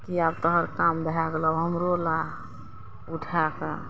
की आब तोहर काम भए गेलौ आब हमरो ला उठएकए